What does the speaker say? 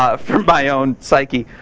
ah for my own psyche.